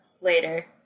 later